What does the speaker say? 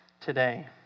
today